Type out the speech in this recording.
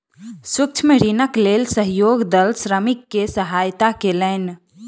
सूक्ष्म ऋणक लेल सहयोग दल श्रमिक के सहयता कयलक